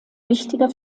wichtiger